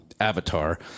avatar